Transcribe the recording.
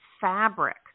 fabric